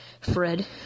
Fred